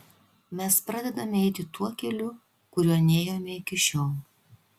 mes pradedame eiti tuo keliu kuriuo nėjome iki šiol